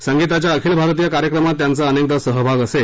संगीताच्या अखिल भारतीय कार्यक्रमात त्यांचा अनेकदा सहभाग असे